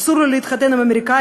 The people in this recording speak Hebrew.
שאסור לו להתחתן עם אמריקני,